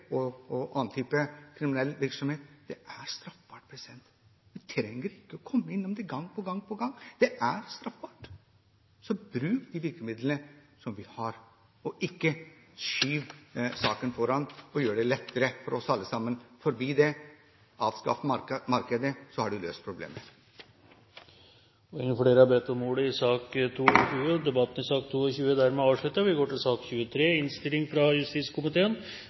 overgrep og annen type kriminell virksomhet, er straffbart. Vi trenger ikke å komme inn på det gang etter gang – det er straffbart. Så vi må bruke de virkemidlene vi har, og ikke skyve sakene foran oss – det vil gjøre det lettere for oss alle sammen. Avskaffer vi markedet, så har vi løst problemet. Flere har ikke bedt om ordet til sak nr. 22. I denne saken er det bred enighet i komiteen, og innstillingen er i sin helhet enstemmig. Det er bra. Komiteen støtter intensjonen i forslaget fra